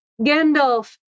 Gandalf